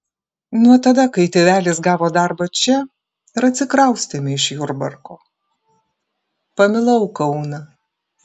nuo tada kai tėvelis gavo darbą čia ir atsikraustėme iš jurbarko pamilau kauną